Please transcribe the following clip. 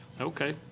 okay